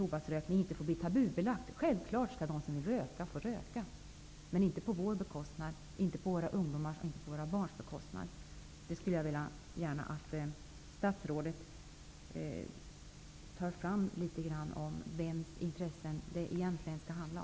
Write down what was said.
Tobaksrökningen får inte tabubeläggas. Självfallet skall de som vill röka få röka. Men de får inte göra det på vår bekostnad, eller på våra ungdomars och barns bekostnad. Jag skulle vilja att statsrådet betonar frågan om i vems intresse vi agerar.